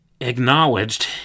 acknowledged